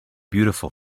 beautiful